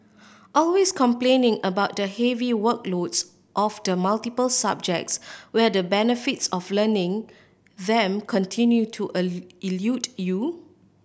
always complaining about the heavy workloads of the multiple subjects where the benefits of learning them continue to elude you